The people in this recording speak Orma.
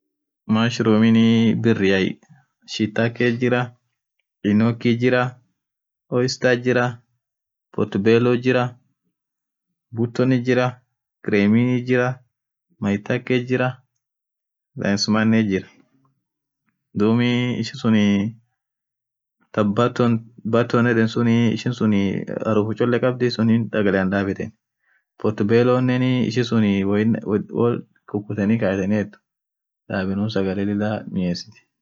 Eeh natsinii anina biriit jira, almooziit jira, braziil natsiit jira, kachonaat siit jira, chelnatsiin jira, akademia naatsiit jira, ishin yoote taam nyanoatie akum kanan nyaatenie. taa pinatsiit jira ishin sun vitamiin E fa kabdi yeden. duum sun sagalefa kaskaeteniit jira ama akum kanaan nyaten kashinaatsinii koroshoonen vitamin kabdi, mafuta kabdi ishineen chole